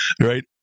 right